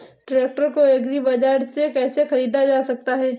Tractor को agri बाजार से कैसे ख़रीदा जा सकता हैं?